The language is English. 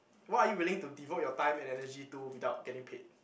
what are you willing to devote your time and energy to without getting paid